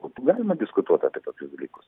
būtų galima diskutuot apie tokius dalykus